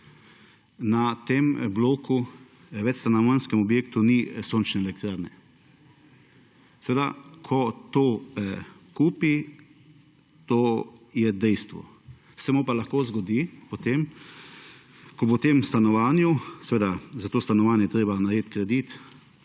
na tem bloku, večstanovanjskem objektu ni sončne elektrarne. Seveda ko to kupi to je dejstvo. Se mu pa lahko zgodi potem, ko bo v tem stanovanju, seveda, za to stanovanje je treba najeti kredit,